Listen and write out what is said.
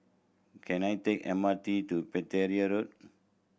can I take M R T to Pereira Road